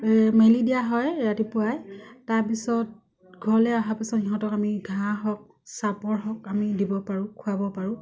মেলি দিয়া হয় ৰাতিপুৱাই তাৰপিছত ঘৰলে অহাৰ পিছত সিহঁতক আমি ঘাঁহ হওক চাপৰ হওক আমি দিব পাৰোঁ খুৱাব পাৰোঁ